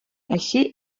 així